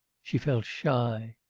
she felt shy.